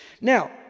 Now